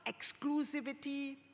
exclusivity